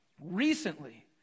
recently